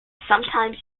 sometimes